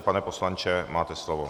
Pane poslanče, máte slovo.